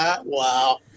wow